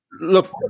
Look